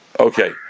Okay